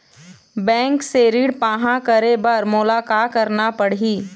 Bank से ऋण पाहां करे बर मोला का करना पड़ही?